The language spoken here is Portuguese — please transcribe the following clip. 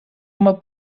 uma